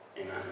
Amen